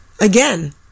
again